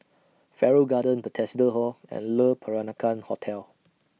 Farrer Garden Bethesda Hall and Le Peranakan Hotel